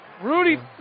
Rudy